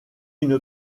une